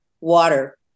water